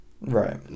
Right